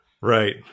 Right